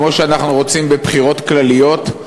כמו שאנחנו רוצים בבחירות כלליות,